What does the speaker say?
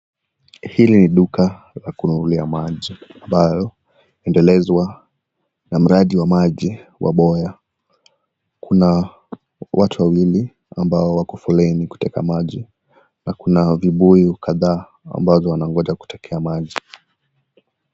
Hili ni duka la kununulia maji ambayo inaendelezwa na mradi wa maji wa Boya. Kuna watu wawili ambao wako foleni kuteka maji na kuna vibuyu kadhaa ambazo wanagoja kutekea maji